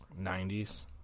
90s